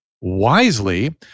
wisely